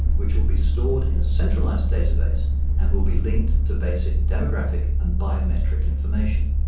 which will be stored in a centralized database and will be linked to basic demographic and biometric information.